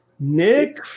Nick